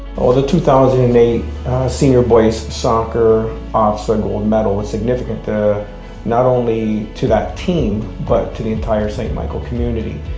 the two thousand and eight senior boys soccer ofsaa gold medal was significant, not only to that team, but to the entire st michael community.